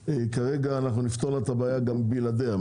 כרגע אנחנו נפתור לה את הבעיה גם בלעדיה.